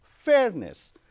fairness